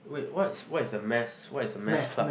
wait what's what is a mass what is a mass club